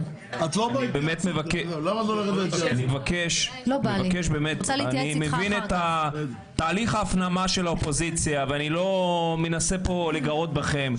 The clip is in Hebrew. אני מבין את תהליך ההפנמה של האופוזיציה ואני לא מנסה להתגרות בכם,